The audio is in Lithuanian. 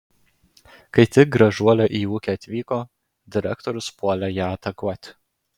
kai tik gražuolė į ūkį atvyko direktorius puolė ją atakuoti